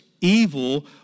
evil